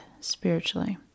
spiritually